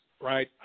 right